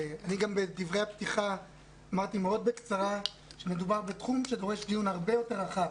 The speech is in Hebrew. בדברי הפתיחה אמרתי בקצרה מאוד שמדובר בתחום שדורש דיון הרבה יותר רחב.